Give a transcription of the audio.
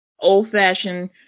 old-fashioned